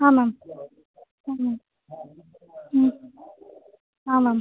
ಹಾಂ ಮ್ಯಾಮ್ ಹ್ಞೂ ಹ್ಞೂ ಹಾಂ ಮ್ಯಾಮ್